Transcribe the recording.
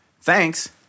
Thanks